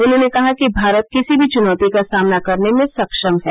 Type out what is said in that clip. उन्होंने कहा कि भारत किसी भी चुनौती का सामना करने में सक्षम है